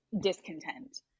discontent